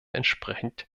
entsprechend